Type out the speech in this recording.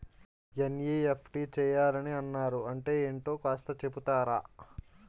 NEFT చేయాలని అన్నారు అంటే ఏంటో కాస్త చెపుతారా?